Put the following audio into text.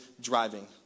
driving